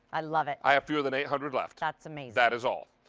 i live it. i have fewer than eight hundred left. that's amazing. that is all.